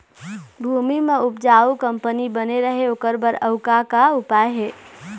भूमि म उपजाऊ कंपनी बने रहे ओकर बर अउ का का उपाय हे?